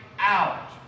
out